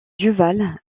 duval